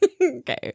Okay